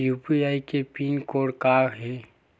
UPI के PIN code का हे?